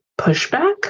pushback